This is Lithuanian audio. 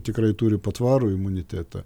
tikrai turi patvarų imunitetą